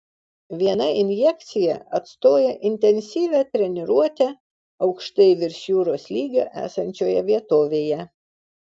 viena injekcija atstoja intensyvią treniruotę aukštai virš jūros lygio esančioje vietovėje